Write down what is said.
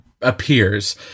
appears